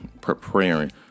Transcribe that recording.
preparing